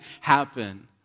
happen